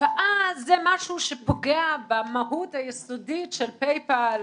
הקפאה זה משהו שפוגע במהות היסודית שלPay-Pal ,